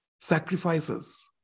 sacrifices